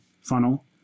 funnel